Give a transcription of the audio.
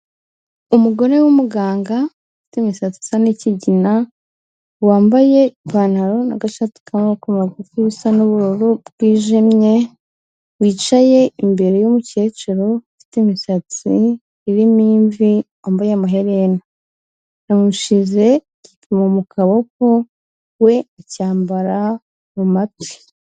Umugore w'umuganga ufite imisatsi isa n'ikigina, wambaye ipantaro n'agashati ka maboko magufi bisa n'ubururu bwijimye, wicaye imbere y'umukecuru ufite imisatsi irimo imvi wambaye amaherena, yamushize igipimo mu kaboko we acyambara mu matwi.